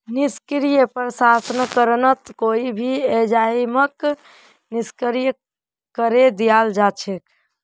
निष्क्रिय प्रसंस्करणत कोई भी एंजाइमक निष्क्रिय करे दियाल जा छेक